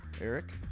Eric